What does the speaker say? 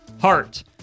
heart